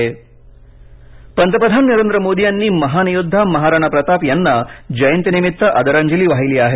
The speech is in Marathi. गोखले मोदी पंतप्रधान नरेंद्र मोदी यांनी महान योद्धा महाराणा प्रताप यांना जयंतीनिमित्त आदरांजली वाहिली आहे